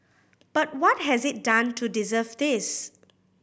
but what has it done to deserve this